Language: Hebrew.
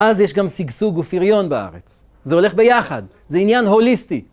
אז יש גם שגשוג ופריון בארץ, זה הולך ביחד, זה עניין הוליסטי.